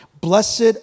Blessed